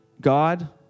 God